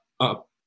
up